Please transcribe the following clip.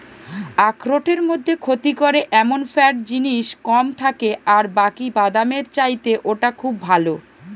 আখরোটের মধ্যে ক্ষতি করে এমন ফ্যাট জিনিস কম থাকে আর বাকি বাদামের চাইতে ওটা খুব ভালো